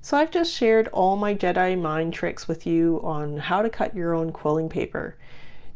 so i've just shared all my jedi mind tricks with you on how to cut your own quilling paper